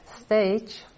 stage